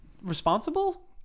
responsible